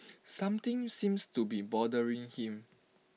something seems to be bothering him